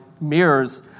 mirrors